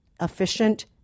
efficient